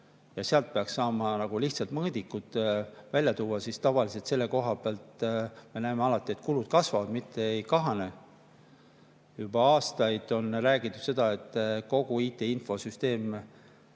Seal peaks saama lihtsalt mõõdikuid välja tuua. Kuid tavaliselt me selle koha peal näeme alati, et kulud kasvavad, mitte ei kahane. Juba aastaid on räägitud, et kogu IT‑infosüsteem